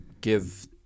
give